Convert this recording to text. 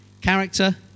character